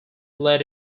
let